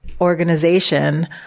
organization